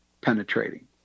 penetrating